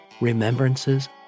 remembrances